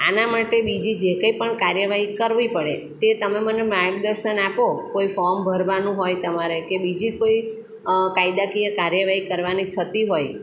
આના માટે બીજી જે કંઈ પણ કાર્યવાહી કરવી પડે તે તમે મને માર્ગદર્શન આપો કોઈ ફોર્મ ભરવાનું હોય તમારે કે બીજી કોઈ કાયદાકીય કાર્યવાહી કરવાની થતી હોય